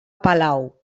palau